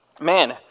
man